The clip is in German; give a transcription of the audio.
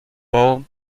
bau